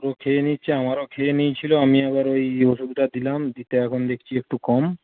ও খেয়ে নিচ্ছে আমারও খেয়ে নিয়েছিলো আমি আবার ওই ওষুধটা দিলাম দিতে এখন দেখছি একটু কম